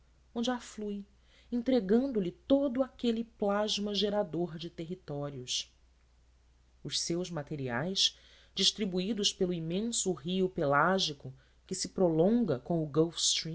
onde aflui entregando-lhe todo aquele plasma gerador de territórios os seus materiais distribuídos pelo imenso rio pelágico que se prolonga com o